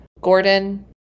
Gordon